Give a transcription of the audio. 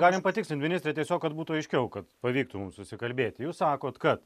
galim patikslinti ministre tiesiog kad būtų aiškiau kad pavyktų susikalbėti jūs sakot kad